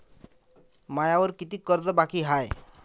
मायावर कितीक कर्ज बाकी हाय?